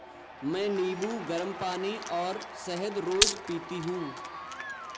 मैं नींबू, गरम पानी और शहद रोज पीती हूँ